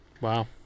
Wow